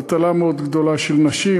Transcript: אבטלה מאוד גדולה של נשים.